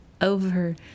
over